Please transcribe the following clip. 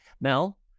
Mel